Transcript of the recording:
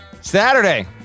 Saturday